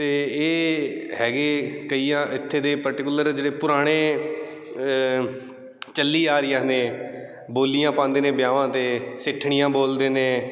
ਅਤੇ ਇਹ ਹੈਗੇ ਕਈ ਇੱਥੇ ਦੇ ਪਰਟੀਕੁਲਰ ਜਿਹੜੇ ਪੁਰਾਣੇ ਚੱਲੇ ਆ ਰਹੇ ਨੇ ਬੋਲੀਆਂ ਪਾਉਂਦੇ ਨੇ ਵਿਆਹਾਂ 'ਤੇ ਸਿੱਠਣੀਆਂ ਬੋਲਦੇ ਨੇ